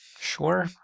Sure